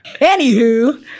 Anywho